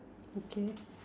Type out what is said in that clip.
okay